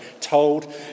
told